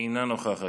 אינה נוכחת.